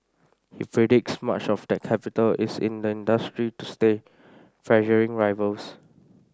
he predicts much of that capital is in the industry to stay pressuring rivals